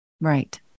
Right